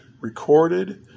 recorded